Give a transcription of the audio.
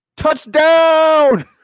Touchdown